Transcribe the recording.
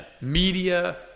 media